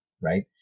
right